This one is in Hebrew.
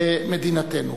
במדינתנו.